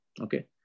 okay